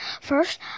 First